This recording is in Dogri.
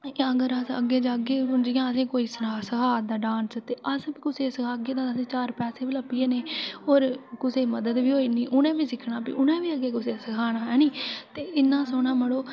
के आखदे अग्गै जाह्गे हून जि'यां असें ई सखाए दा डांस ते अस बी कुसै गी सखागे ते असें ई चार पैसे बी लब्भी जाने होर कुसै दी मदद बी होई जानी उ'नें बी सिक्खना ते फिर उ'ने बी अग्गै कुसै गी सखाना है नी ते इन्ना सोह्ना मड़ो